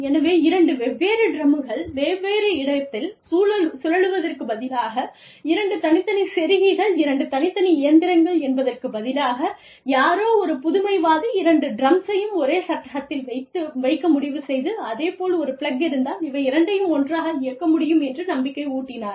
எனவே இரண்டு வெவ்வேறு டிரம்கள் வெவ்வேறு இடத்தில் சுழலுவதற்குப் பதிலாக இரண்டு தனித்தனி செருகிகள் இரண்டு தனித்தனி இயந்திரங்கள் என்பதற்குப் பதிலாக யாரோ ஒரு புதுமை வாதி இரண்டு டிரம்ஸையும் ஒரே சட்டகத்தில் வைக்க முடிவுசெய்து அதே போல் ஒரு பிளக் இருந்தால் இவை இரண்டையும் ஒன்றாக இயக்க முடியும் என்று நம்பிக்கை ஊட்டினார்